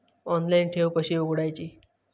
Online ठेव कशी उघडायची?